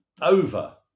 over